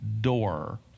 door